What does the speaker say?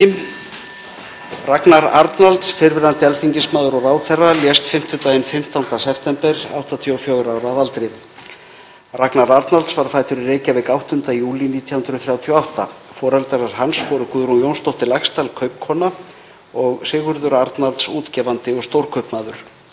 Ragnar Arnalds, fyrrverandi alþingismaður og ráðherra, lést fimmtudaginn 15. september, 84 ára að aldri. Ragnar Arnalds var fæddur í Reykjavík 8. júlí 1938. Foreldrar hans voru Guðrún Jónsdóttir Laxdal kaupkona og Sigurður Arnalds, útgefandi og stórkaupmaður.